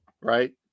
Right